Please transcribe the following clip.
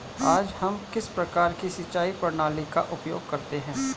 आज हम किस प्रकार की सिंचाई प्रणाली का उपयोग करते हैं?